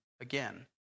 again